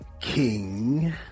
king